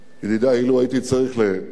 ידידי, אילו הייתי צריך לתמצת